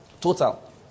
total